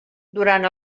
durant